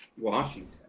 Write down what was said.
Washington